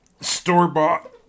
store-bought